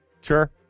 Sure